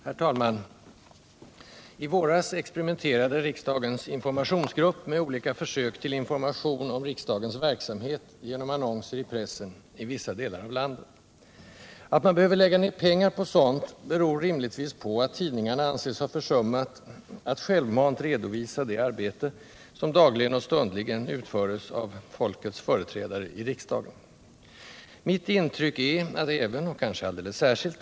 Herr talman! I våras experimenterade riksdagens informationsgrupp med olika försök till information om riksdagens verksamhet genom annonser i pressen i vissa delar av landet. Att man behöver lägga ned pengar på sådant beror rimligtvis på att tidningarna anses ha försummat att självmant redovisa det arbete som dagligen och stundligen utförs av ”Tfolkets företrädare” i riksdagen. Mitt intryck är att även — och kanske alldeles särskilt?